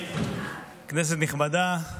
כנסת נכבדה,